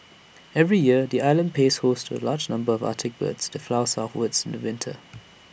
every year the island plays host to A large number of Arctic birds that fly southwards in winter